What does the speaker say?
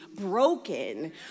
broken